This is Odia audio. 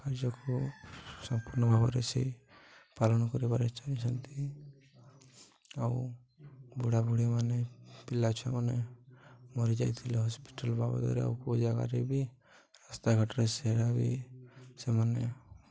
କାର୍ଯ୍ୟକୁ ସମ୍ପୂର୍ଣ୍ଣ ଭାବରେ ସେ ପାଳନ କରିବାରେ ଚାହିଁଛନ୍ତି ଆଉ ବୁଢ଼ା ବୁଢ଼ୀ ମାନେ ପିଲା ଛୁଆମାନେ ମରିଯାଇଥିଲେ ହସ୍ପିଟାଲ ବାବଦରେ ଆଉ ପୁଅ ଜାଗାରେ ବି ରାସ୍ତା ଘାଟରେ ସେରା ବି ସେମାନେ